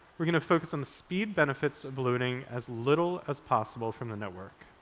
we're going to focus on the speed benefits of ballooning as little as possible from the network.